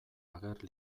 ager